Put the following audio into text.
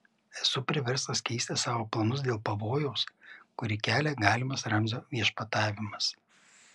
esu priverstas keisti savo planus dėl pavojaus kurį kelia galimas ramzio viešpatavimas